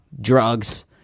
drugs